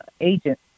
agent